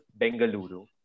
Bengaluru